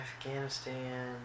Afghanistan